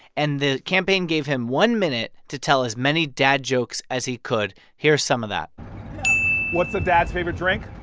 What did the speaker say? and the campaign gave him one minute to tell as many dad jokes as he could. here's some of that what's a dad's favorite drink?